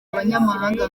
abanyamahanga